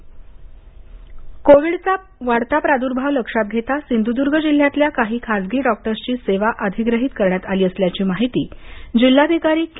खासगी डॉक्टर्स कोविडचा वाढता प्रादुर्भाव लक्षात घेता सिंधुदुर्ग जिल्ह्यातल्या काही खाजगी डॉक्टर्सची सेवा अधिग्रहित करण्यात आली असल्याची माहिती जिल्हाधिकारी के